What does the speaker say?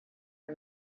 for